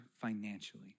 financially